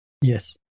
yes